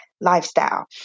lifestyle